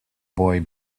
boy